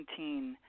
2019